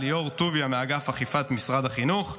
ליאור טוביה מאגף אכיפה משרד החינוך,